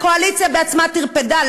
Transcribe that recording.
הקואליציה בעצמה טרפדה,